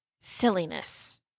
silliness